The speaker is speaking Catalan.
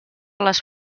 les